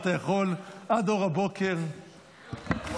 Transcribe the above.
זה